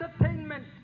entertainment